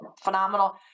phenomenal